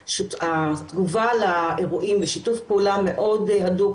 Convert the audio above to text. התגובה לאירועים בשיתוף פעולה מאוד הדוק